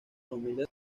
familia